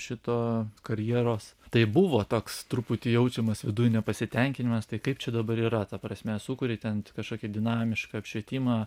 šito karjeros tai buvo toks truputį jaučiamas viduj nepasitenkinimas tai kaip čia dabar yra ta prasme sukuri ten kažkokį dinamišką apšvietimą